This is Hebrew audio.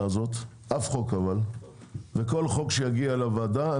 הזאת אף חוק וכל חוק שיגיע לוועדה,